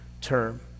term